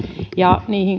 ja